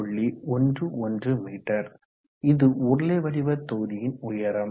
11 மீ இது உருளை வடிவ தொகுதியின் உயரம்